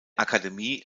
akademie